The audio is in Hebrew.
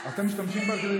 אתם משתמשים בה.